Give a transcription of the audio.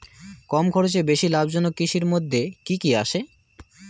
কম খরচে বেশি লাভজনক কৃষির মইধ্যে কি কি আসে?